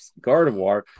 Gardevoir